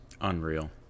Unreal